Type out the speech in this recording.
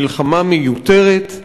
מלחמה מיותרת,